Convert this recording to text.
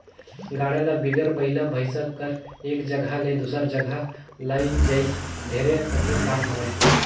गाड़ा ल बिगर बइला भइसा कर एक जगहा ले दूसर जगहा लइजई ढेरे कठिन काम हवे